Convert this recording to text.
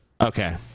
Okay